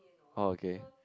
oh okay